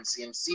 CMC